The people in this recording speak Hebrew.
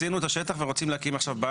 הקצו את השטח ורוצים עכשיו להקים בית.